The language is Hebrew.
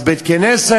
אז בית-כנסת,